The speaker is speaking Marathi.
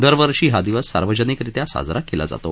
दरवर्षी हा दिवस सार्वजनिकरित्या साजरा केला जातो